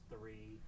three